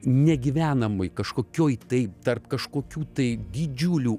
negyvenamoj kažkokioj tai tarp kažkokių tai didžiulių